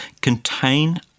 contain